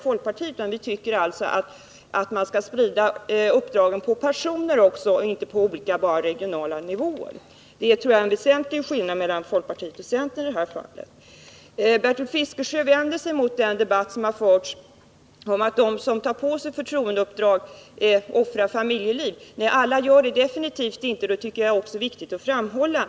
Vi tycker att man skall sprida uppdragen på personer och inte bara på olika regionala nivåer. Det tror jag är en väsentlig skillnad mellan folkpartiet och centern. Bertil Fiskesjö vänder sig mot den debatt som har förts om att de som tar på sig förtroendeuppdrag offrar familjeliv. Alla gör det definitivt inte, och det är också viktigt att framhålla.